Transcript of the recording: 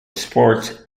sports